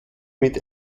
mit